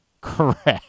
Correct